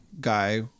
guy